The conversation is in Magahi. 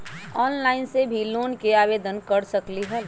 ऑनलाइन से भी लोन के आवेदन कर सकलीहल?